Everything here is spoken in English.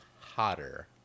hotter